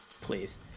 please